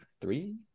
three